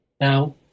Now